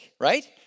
right